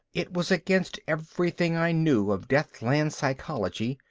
it was against everything i knew of deathland psychology,